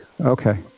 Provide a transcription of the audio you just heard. Okay